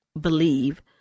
believe